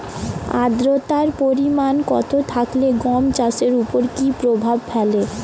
আদ্রতার পরিমাণ কম থাকলে গম চাষের ওপর কী প্রভাব ফেলে?